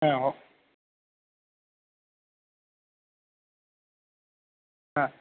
ஆ ஓ ஆ